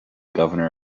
governor